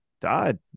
died